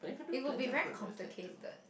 it would be very complicated